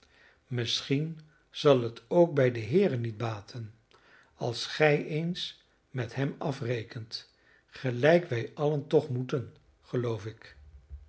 misschien zal het ook bij den heere niet baten als gij eens met hem afrekent gelijk wij allen toch moeten geloof ik